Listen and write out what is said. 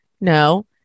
No